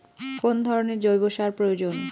কোন ধরণের জৈব সার প্রয়োজন?